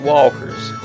Walker's